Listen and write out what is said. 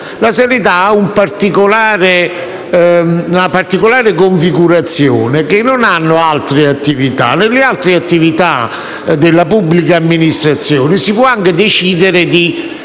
la sanità ha una particolare configurazione che non hanno altre attività. Nelle altre attività della pubblica amministrazione si può anche decidere di